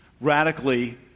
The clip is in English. radically